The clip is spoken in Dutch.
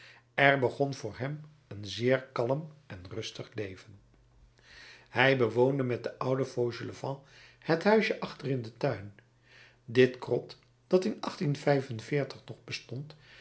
er begon voor hem een zeer kalm en rustig leven hij bewoonde met den ouden fauchelevent het huisje achter in den tuin dit krot dat in nog bestond